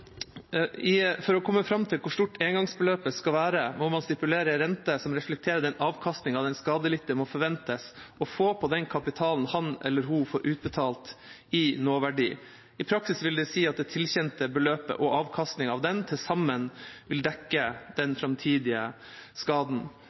For å komme fram til hvor stort engangsbeløpet skal være, må man stipulere en rente som reflekterer den avkastningen den skadelidte må forventes å få på den kapitalen han/hun får utbetalt i nåverdi. I praksis vil det si at det tilkjente beløpet og avkastningen av den til sammen vil dekke den